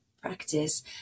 practice